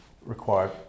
required